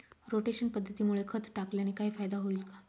Rotation पद्धतीमुळे खत टाकल्याने काही फायदा होईल का?